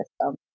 system